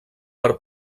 per